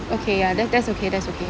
okay ya that that's okay that's okay